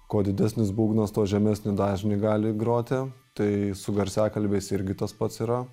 kuo didesnis būgnas tuo žemesnį dažnį gali groti tai su garsiakalbiais irgi tas pats yra